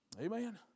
Amen